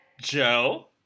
Joe